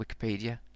wikipedia